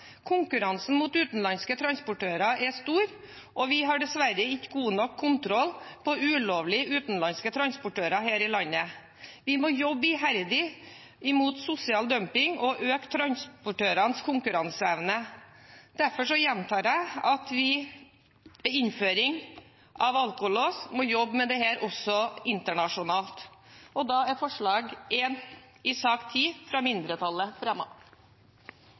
Konkurransen mot utenlandske transportører er stor, og vi har dessverre ikke god nok kontroll på ulovlige utenlandske transportører her i landet. Vi må jobbe iherdig imot sosial dumping og øke transportørenes konkurranseevne. Derfor gjentar jeg at vi ved innføring av alkolås må jobbe med dette også internasjonalt. Jeg fremmer forslag nr. 1 fra mindretallet i sak